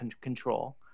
control